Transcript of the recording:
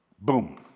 boom